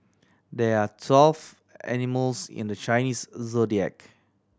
there are twelve animals in the Chinese Zodiac